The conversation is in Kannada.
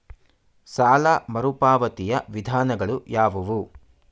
ಸಾಲ ಮರುಪಾವತಿಯ ವಿಧಾನಗಳು ಯಾವುವು?